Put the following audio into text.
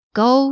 go